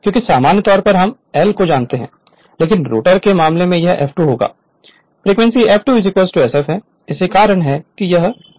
क्योंकि सामान्य तौर पर हम L को जानते हैं लेकिन रोटर के मामले में यह F2 होगा फ्रीक्वेंसी F2 s f है यही कारण है कि s यहाँ है